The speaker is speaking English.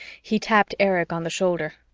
he tapped erich on the shoulder.